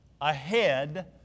ahead